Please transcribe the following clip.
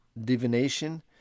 divination